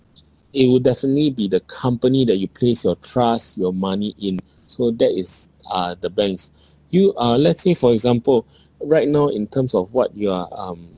it would definitely be the company that you place your trust your money in so that is uh the banks you uh let's say for example right now in terms of what you are um